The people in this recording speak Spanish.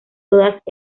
todas